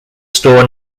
store